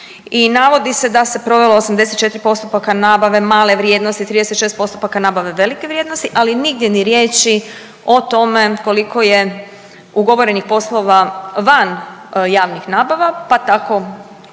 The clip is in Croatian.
i navodi se da se provelo 84 postupaka nabave male vrijednosti, 36 postupaka nabave velike vrijednosti, ali nigdje ni riječi o tome koliko je ugovorenih poslova van javnih nabava, pa tako